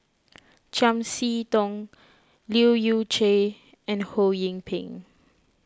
Chiam See Tong Leu Yew Chye and Ho Yee Ping